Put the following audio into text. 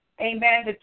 Amen